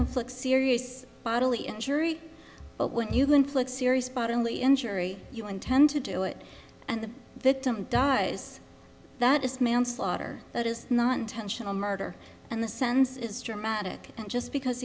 inflict serious bodily injury but when you can inflict serious bodily injury you intend to do it and the victim dies that is manslaughter that is not intentional murder and the sense is dramatic and just because